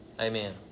Amen